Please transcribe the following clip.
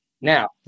now